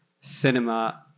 cinema